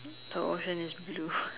the ocean is blue